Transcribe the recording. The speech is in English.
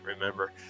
remember